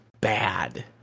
bad